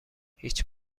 هیچ